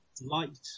light